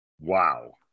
Wow